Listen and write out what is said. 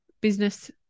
business